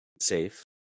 safe